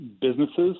businesses